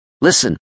Listen